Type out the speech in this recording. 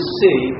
see